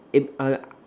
in uh